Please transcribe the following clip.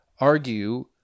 argue